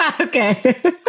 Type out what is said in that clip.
Okay